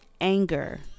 anger